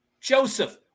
Joseph